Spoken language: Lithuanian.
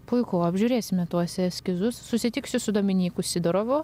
puiku apžiūrėsime tuos eskizus susitiksiu su dominyku sidorovu